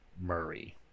Murray